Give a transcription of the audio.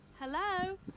Hello